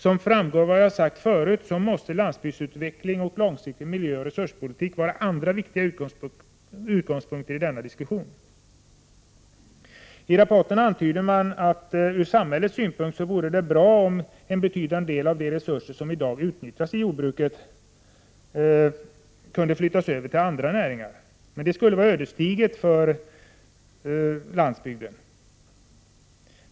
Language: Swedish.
Som framgår av vad jag har sagt förut måste landsbygdsutveckling och långsiktig miljöoch resurspolitik vara andra viktiga utgångspunkter i denna diskussion. I rapporten antyder man att det ur samhällets synpunkt vore bra om en betydande del av de resurser som i dag nyttjas i jordbruket fördes över till andra näringar. Men det skulle vara ödesdigert för landsbygden.